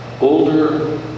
older